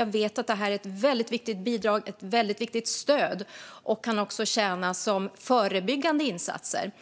Jag vet att det här är ett väldigt viktigt stöd som också kan bidra med förebyggande insatser.